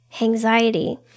anxiety